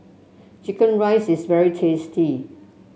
chicken rice is very tasty